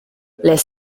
les